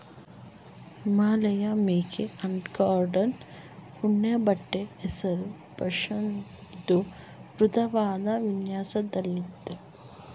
ಹಿಮಾಲಯಮೇಕೆ ಅಂಡರ್ಕೋಟ್ನಿಂದ ನೇಯ್ದ ಉಣ್ಣೆಬಟ್ಟೆ ಹೆಸರು ಪಷ್ಮಿನ ಇದು ಮೃದುವಾದ್ ವಿನ್ಯಾಸದಲ್ಲಯ್ತೆ